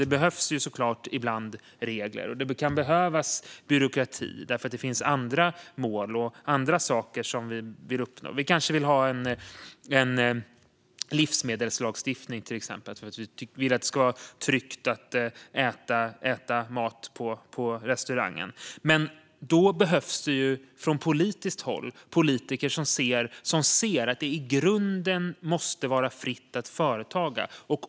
Det behövs såklart regler ibland, och det kan behövas byråkrati därför att det finns andra mål och andra saker som vi vill uppnå. Vi kanske till exempel vill ha en livsmedelslagstiftning för att vi vill att det ska vara tryggt att äta på restaurang. Men då behövs det politiker som ser att det i grunden måste vara fritt att företaga.